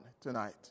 tonight